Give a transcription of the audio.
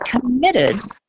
committed